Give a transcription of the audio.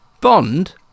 Bond